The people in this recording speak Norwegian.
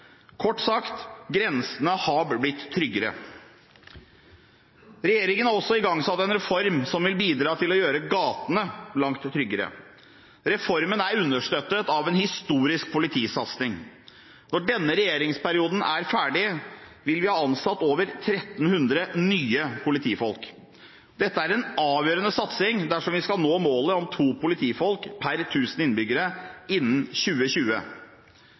Kort sagt: Grensene har blitt tryggere. Regjeringen har også igangsatt en reform som vil bidra til å gjøre gatene langt tryggere. Reformen er understøttet av en historisk politisatsing. Når denne regjeringsperioden er ferdig, vil vi ha ansatt over 1 300 nye politifolk. Dette er en avgjørende satsing dersom vi skal nå målet om to politifolk per 1 000 innbyggere innen 2020.